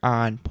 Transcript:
on